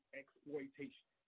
exploitation